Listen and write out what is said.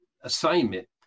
assignment